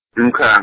Okay